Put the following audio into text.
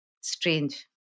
Strange